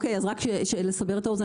רק לסבר את האוזן,